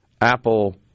Apple